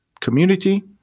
Community